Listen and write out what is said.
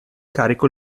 carico